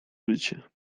życie